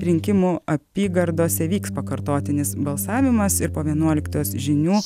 rinkimų apygardose vyks pakartotinis balsavimas ir po vienuoliktos žinių